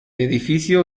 edificio